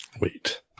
Wait